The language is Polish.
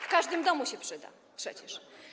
W każdym domu się przyda przecież.